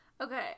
Okay